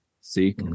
See